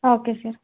okay sir